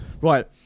right